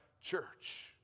church